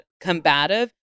combative